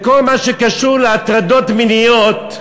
בכל מה שקשור להטרדות מיניות,